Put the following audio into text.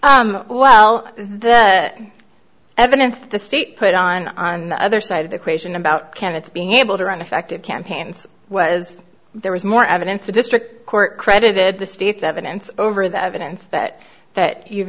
s well the evidence that the state put on on the other side of the question about candidates being able to run effective campaigns was there was more evidence the district court credited the state's evidence over the evidence that that you've